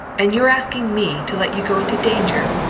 and you're asking me to let you go into danger,